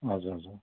हजुर हजुर